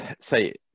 say